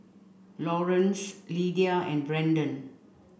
Laurance Lydia and Brandon